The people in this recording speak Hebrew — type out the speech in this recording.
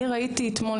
אני ראיתי אתמול,